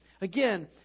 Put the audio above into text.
Again